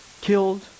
killed